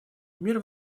мир